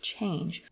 Change